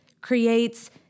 creates